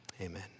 amen